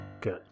good